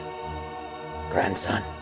grandson